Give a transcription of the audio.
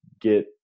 get